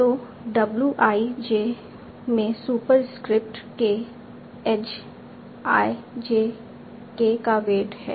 तो w ij में superscript k edge i j k का वेट है